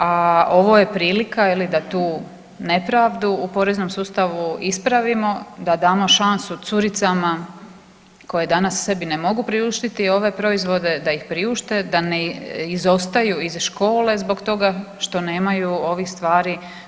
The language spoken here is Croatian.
A ovo je prilika da tu nepravdu u poreznom sustavu ispravimo, da damo šansu curicama koje danas sebi ne mogu priuštiti ove proizvode da ih priušte, da ne izostaju iz škole zbog toga što nemaju ovih stvari.